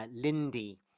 Lindy